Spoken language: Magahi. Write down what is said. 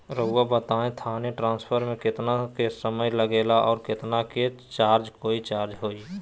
रहुआ बताएं थाने ट्रांसफर में कितना के समय लेगेला और कितना के चार्ज कोई चार्ज होई?